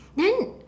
then